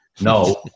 No